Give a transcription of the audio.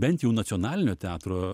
bent jau nacionalinio teatro